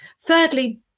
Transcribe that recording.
Thirdly